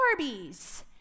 Barbies